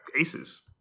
aces